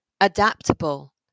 adaptable